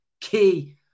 key